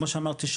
כמו שאמרתי,